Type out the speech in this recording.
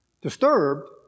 Disturbed